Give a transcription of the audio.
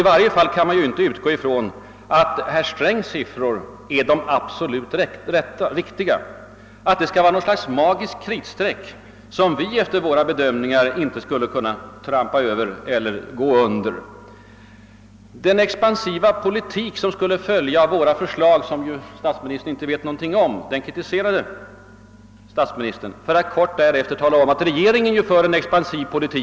I varje fall kan man inte utgå från att herr Strängs siffror är de absolut riktiga, att de skall representera något slags magiskt kritstreck, som vi efter våra bedömningar inte skulle kunna trampa över. pansiva politik» som våra förslag skulle innebära, förslag emellertid, som statsministern inte vet något om. Strax därefter talade statsministern om för oss att regeringen för »en expansiv politik».